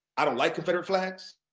i don't like confederate flags,